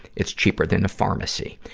it's cheaper than a pharmacy.